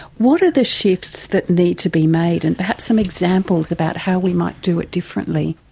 what are the shifts that need to be made, and perhaps some examples about how we might do it differently?